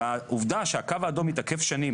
והעובדה ש"הקו האדום" מתעכב שנים